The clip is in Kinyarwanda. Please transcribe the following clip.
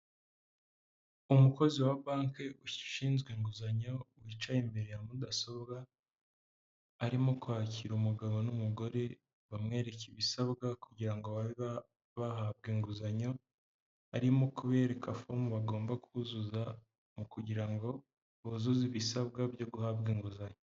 Umukozi wa banki ushinzwe inguzanyo wicaye imbere ya mudasobwa arimo kwakira umugabo n'umugore bamwereka ibisabwa kugira ngo babe bahabwe inguzanyo, arimo kubereka fomu bagomba kuzuza kugira ngo buzuze ibisabwa byo guhabwa inguzanyo.